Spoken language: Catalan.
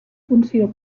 funció